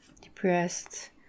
depressed